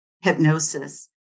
hypnosis